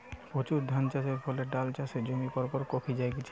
প্রচুর ধানচাষের ফলে ডাল চাষের জমি পরপর কমি জায়ঠে